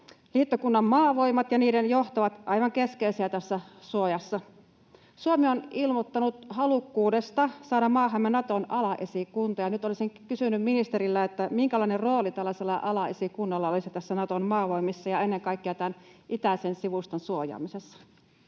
Liittokunnan maavoimat ja niiden johto ovat aivan keskeisiä tässä suojassa. Suomi on ilmoittanut halukkuudesta saada maahamme Naton alaesikunta, ja nyt olisinkin kysynyt ministeriltä: minkälainen rooli tällaisella alaesikunnalla olisi Naton maavoimissa ja ennen kaikkea tämän itäisen sivuston suojaamisessa?